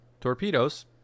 torpedoes